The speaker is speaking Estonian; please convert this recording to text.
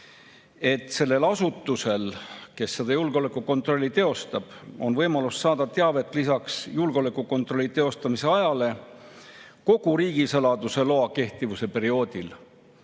et sellel asutusel, kes julgeolekukontrolli teostab, on võimalus saada teavet lisaks julgeolekukontrolli teostamise ajale kogu riigisaladuse loa kehtivuse perioodil.